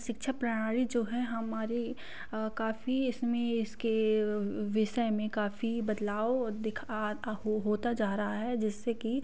शिक्षा प्रणाली जो है हमारी काफ़ी इसमें इसके विषय में काफ़ी बदलाव दिखा होता जा रहा है जिससे कि